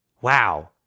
Wow